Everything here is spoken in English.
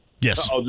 Yes